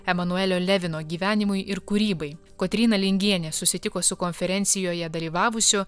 emanuelio levino gyvenimui ir kūrybai kotryna lingienė susitiko su konferencijoje dalyvavusiu